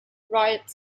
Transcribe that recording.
riot